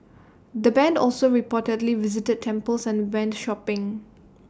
the Band also reportedly visited temples and went shopping